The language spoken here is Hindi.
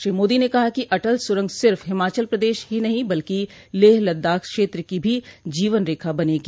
श्री मोदी ने कहा कि अटल सुरंग सिर्फ हिमाचल प्रदेश ही नहीं बल्कि लेह लद्दाख क्षेत्र की भी जीवनरेखा बनेगी